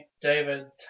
David